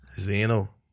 Zeno